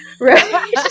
Right